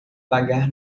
pagar